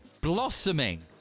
blossoming